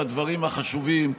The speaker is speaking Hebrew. על הדברים החשובים,